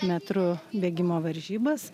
metrų bėgimo varžybas